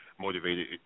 motivated